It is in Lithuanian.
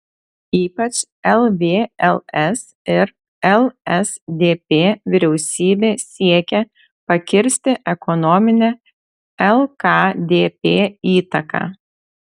ypač lvls ir lsdp vyriausybė siekė pakirsti ekonominę lkdp įtaką